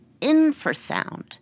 infrasound